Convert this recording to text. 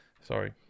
sorry